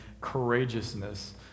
courageousness